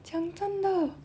讲真的